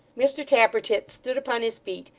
mr tappertit stood upon his feet,